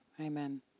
amen